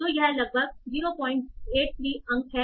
तो यह लगभग 083 अंक है